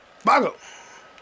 Bago